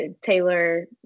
Taylor